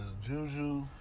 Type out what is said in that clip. Juju